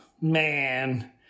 man